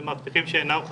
ומאבטחים שאינם חמושים.